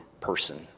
person